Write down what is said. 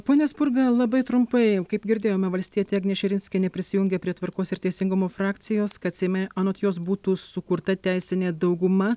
pone spurga labai trumpai kaip girdėjome valstietė agnė širinskienė prisijungė prie tvarkos ir teisingumo frakcijos kad seime anot jos būtų sukurta teisinė dauguma